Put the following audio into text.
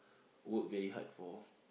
work very hard for